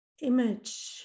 image